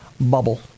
Bubble